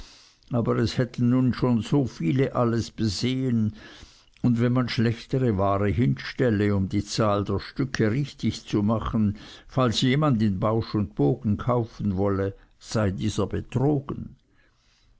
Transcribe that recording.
aber es hätten nun schon viele alles besehen und wenn man schlechtere ware hinstelle um die zahl der stücke richtig zu machen falls jemand in bausch und bogen kaufen wolle sei dieser betrogen